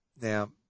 Now